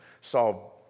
saw